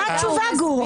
מה התשובה, גור?